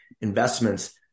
investments